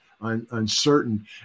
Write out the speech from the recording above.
uncertain